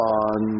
on